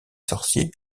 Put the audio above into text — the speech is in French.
sorcier